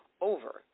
over